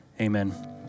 amen